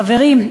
חברים,